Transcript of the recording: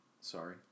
sorry